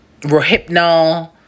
Rohypnol